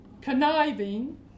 conniving